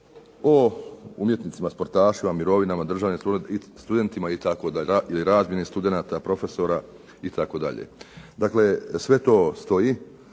o umjetnicima, sportašima, mirovinama, državnim studentima ili razmjeni studenata, profesora itd. Dakle, sve to stoji,